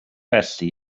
felly